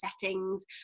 settings